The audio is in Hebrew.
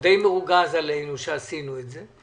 הוא די מרוגז עלינו שעשינו את זה.